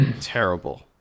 terrible